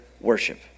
worship